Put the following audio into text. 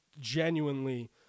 genuinely